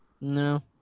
No